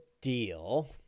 deal